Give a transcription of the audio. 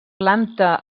planta